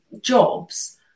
jobs